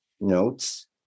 notes